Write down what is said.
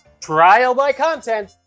trial-by-content